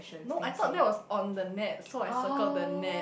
no I thought that was on the net so I circle the net